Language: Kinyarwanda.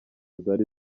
zari